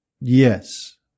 yes